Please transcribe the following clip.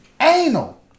anal